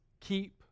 keep